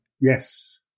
Yes